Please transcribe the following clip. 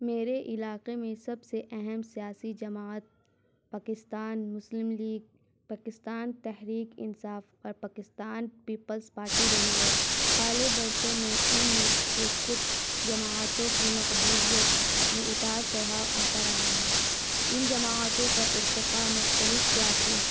میرے علاقے میں سب سے اہم سیاسی جماعت پاکستان مسلم لیگ پاکستان تحریک انصاف اور پاکستان پیپلس پارٹی رہی ہے حالیہ برسوں میں ان میں سے کچھ جماعتوں کی مقبولیت میں اتار چڑھاؤ آتا رہا ہے ان جماعتوں کا ارتقاء مختلف سیاسی